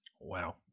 Wow